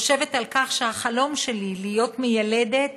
חושבת על כך שהחלום שלי להיות מיילדת